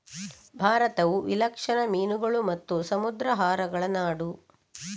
ಭಾರತವು ವಿಲಕ್ಷಣ ಮೀನುಗಳು ಮತ್ತು ಸಮುದ್ರಾಹಾರಗಳ ನಾಡು